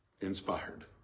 inspired